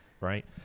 right